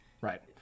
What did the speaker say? right